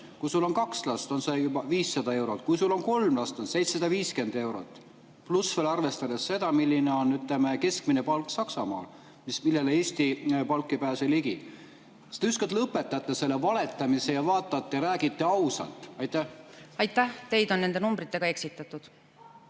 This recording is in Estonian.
Kui sul on kaks last, on see juba 500 eurot, ja kui sul on kolm last, on see 750 eurot. Pluss veel arvestame seda, milline on keskmine palk Saksamaal, millele Eesti palk ei pääse ligigi. Kas te ükskord lõpetate selle valetamise ja räägite ausalt? Aitäh! Teid on nende numbritega eksitatud.